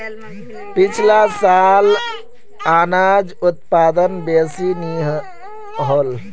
पिछला साल अनाज उत्पादन बेसि नी होल